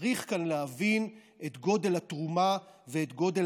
צריך כאן להבין את גודל התרומה ואת גודל